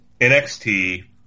NXT